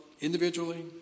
individually